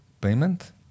payment